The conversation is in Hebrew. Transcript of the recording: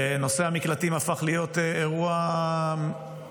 נושא המקלטים הפך להיות אירוע אמיתי,